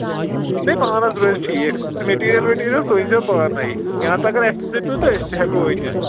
یہِ تۄہہِ پانَس روزِ ٹھیٖک سُہ میٚٹیٖرِیَل ویٚٹیٖرِیَل سُہ أنۍزیو پانَے یا تہٕ اَگر اَسہِ تہِ دِتُو أسۍ تہِ ہٮ۪کو أنِتھ